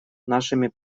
нашими